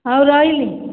ହେଉ ରହିଲି